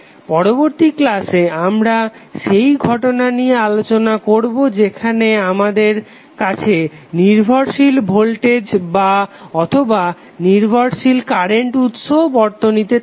পরবর্তী ক্লাসে আমরা সেই ঘটনা নিয়ে আলোচনা করবো যেখানে আমাদের কাছে নির্ভরশীল ভোল্টেজ অথবা নির্ভরশীল কারেন্ট উৎসও বর্তনীতে থাকবে